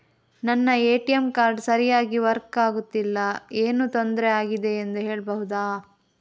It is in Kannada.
ನನ್ನ ಎ.ಟಿ.ಎಂ ಕಾರ್ಡ್ ಸರಿಯಾಗಿ ವರ್ಕ್ ಆಗುತ್ತಿಲ್ಲ, ಏನು ತೊಂದ್ರೆ ಆಗಿದೆಯೆಂದು ಹೇಳ್ಬಹುದಾ?